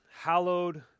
hallowed